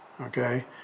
okay